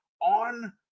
on